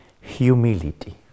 humility